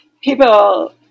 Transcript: people